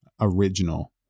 original